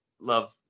love